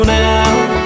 now